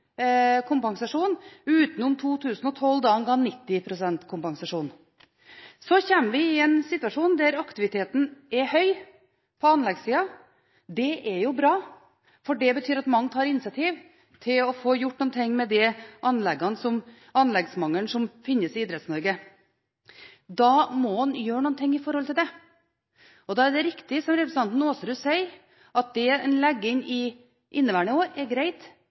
kompensasjon – utenom i 2012, da den ga 90 pst. kompensasjon. Så kommer man i en situasjon der aktiviteten på anleggssiden er høy. Det er bra, for det betyr at mange tar initiativ til å få gjort noe med anleggsmangelen som er i Idretts-Norge. Da må man gjøre noe med det. Da er det riktig, som representanten Aasrud sier, at det man legger inn i inneværende år, er greit,